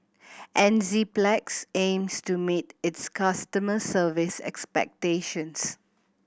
Enzyplex aims to meet its customers' service expectations